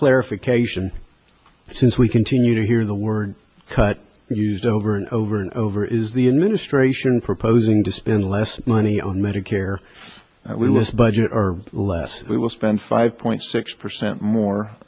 clarification since we continue to hear the word cut used over and over and over is the administration proposing to spend less money on medicare we list budget or less we will spend five point six percent